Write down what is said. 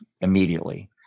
immediately